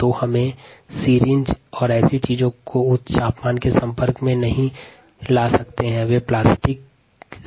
विकिरण का उपयोग ऐसी वस्तु के लिए किया जाता है जो उच्च तापमान के संपर्क में नहीं आ सकती हैं वे मुख्यतः प्लास्टिक से बने होते हैं